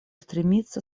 стремиться